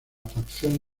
facción